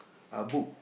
a book